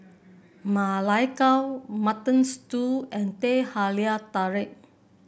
Ma Lai Gao Mutton Stew and Teh Halia Tarik